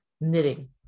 Knitting